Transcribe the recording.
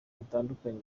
batandukanye